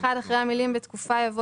איזה מספר את?